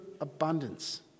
abundance